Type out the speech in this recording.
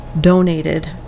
donated